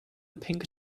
pink